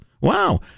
Wow